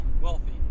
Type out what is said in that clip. wealthy